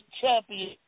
champion